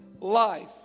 life